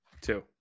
Two